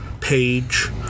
page